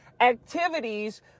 activities